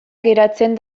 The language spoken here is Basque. geratzen